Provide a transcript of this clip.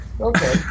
okay